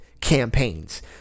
campaigns